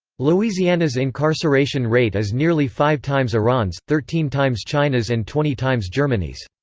louisiana's incarceration rate is nearly five times iran's, thirteen times china's and twenty times germany's.